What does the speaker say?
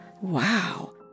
wow